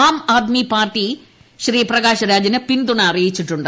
ആം ആദ്മി പാർട്ടി പ്രകാശ്ജിന് പിന്തുണ അറിയിച്ചിട്ടുണ്ട്